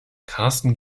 karsten